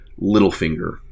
Littlefinger